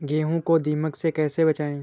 गेहूँ को दीमक से कैसे बचाएँ?